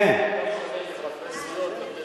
את בעיית מצוקת הדיור.